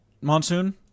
Monsoon